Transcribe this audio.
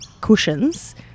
cushions